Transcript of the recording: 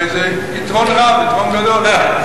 הרי זה יתרון רב, יתרון גדול.